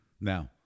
Now